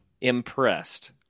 impressed